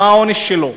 מה העונש שלו?